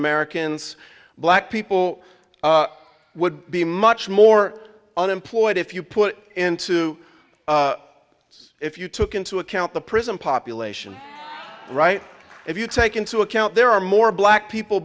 americans black people would be much more unemployed if you put into words if you took into account the prison population right if you take into account there are more black people